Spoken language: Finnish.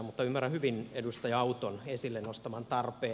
mutta ymmärrän hyvin edustaja auton esille nostaman tarpeen